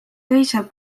teise